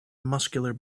muscular